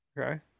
Okay